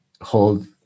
hold